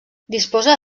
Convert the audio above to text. disposa